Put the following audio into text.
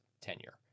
tenure